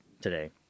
today